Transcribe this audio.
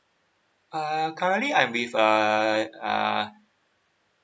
uh currently I'm with uh err